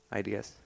ideas